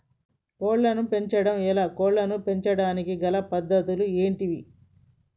కోళ్లను పెంచడం ఎలా, కోళ్లను పెంచడానికి గల పద్ధతులు ఏంటివి?